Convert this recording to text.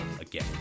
again